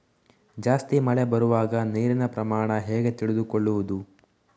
ಜಾಸ್ತಿ ಮಳೆ ಬರುವಾಗ ನೀರಿನ ಪ್ರಮಾಣ ಹೇಗೆ ತಿಳಿದುಕೊಳ್ಳುವುದು?